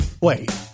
Wait